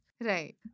Right